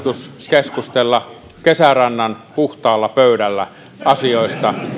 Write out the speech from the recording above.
tarkoitus keskustella kesärannan puhtaalla pöydällä asioista